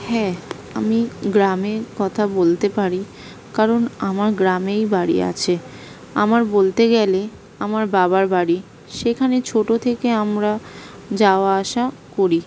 হ্যাঁ আমি গ্রামের কথা বলতে পারি কারণ আমার গ্রামেই বাড়ি আছে আমার বলতে গেলে আমার বাবার বাড়ি সেখানে ছোটো থেকে আমরা যাওয়া আসা করি